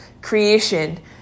creation